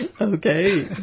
Okay